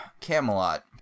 Camelot